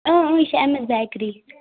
یہِ چھِ اٮ۪م اٮ۪س بٮ۪کری